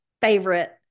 Favorite